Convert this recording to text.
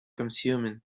consuming